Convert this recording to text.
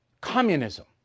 communism